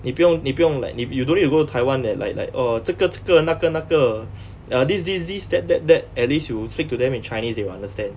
你不用你不用 like you you don't need to go taiwan and like like oh 这个这个那个那个 err this this this that that that at least you speak to them in chinese they will understand